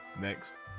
next